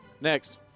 Next